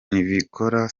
niyibikora